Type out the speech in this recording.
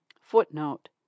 Footnote